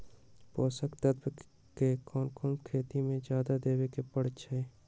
पोषक तत्व क कौन कौन खेती म जादा देवे क परईछी?